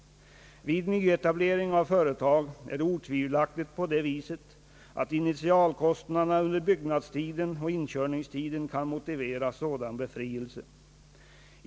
Vid nyetablering av företag är det otvivelaktigt på det viset att initialkostnaderna under byggnadstiden och inkörningstiden kan motivera sådan befrieise.